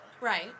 Right